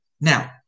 Now